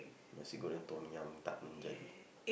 nasi-goreng Tom-Yum tak jadi